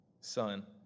son